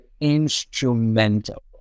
instrumental